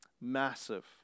Massive